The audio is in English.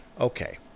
Okay